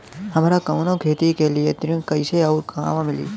हमरा कवनो खेती के लिये ऋण कइसे अउर कहवा मिली?